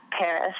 paris